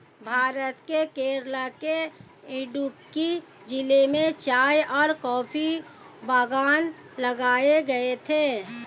भारत के केरल के इडुक्की जिले में चाय और कॉफी बागान लगाए गए थे